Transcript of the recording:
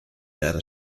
data